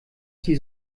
die